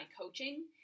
coaching